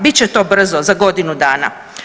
Bit će to brzo, za godinu dana.